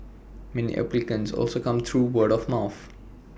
many applicants also came through word of mouth